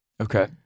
Okay